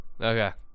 Okay